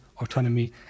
autonomy